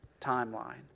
timeline